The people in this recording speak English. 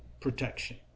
protection